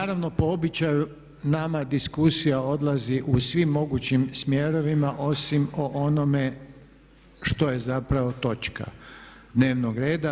Naravno po običaju nama diskusija odlazi u svim mogućim smjerovima osim o onome što je zapravo točka dnevnog reda.